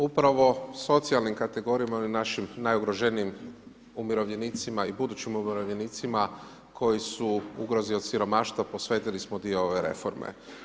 Upravo socijalnim kategorijama, ovim našim najugroženijim umirovljenicima i budućim umirovljenicima, koji su ugrozi od siromaštva posvetili smo dio ove reforme.